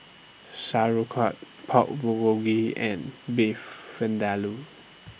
Sauerkraut Pork Bulgogi and Beef Vindaloo